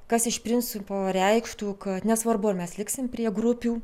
kas iš principo reikštų kad nesvarbu ar mes liksim prie grupių